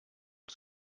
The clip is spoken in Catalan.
els